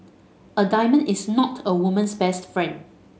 a diamond is not a woman's best friend